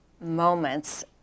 moments